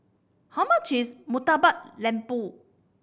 how much is Murtabak Lembu